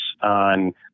on